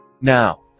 Now